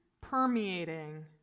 permeating